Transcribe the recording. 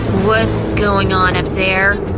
what's going on up there?